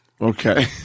Okay